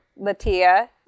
Latia